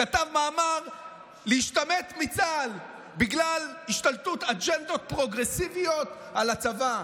כתב במאמר להשתמט מצה"ל בגלל השתלטות אג'נדות פרוגרסיביות על הצבא,